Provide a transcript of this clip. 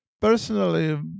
Personally